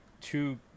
two